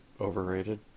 overrated